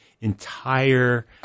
entire